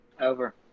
over